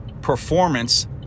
performance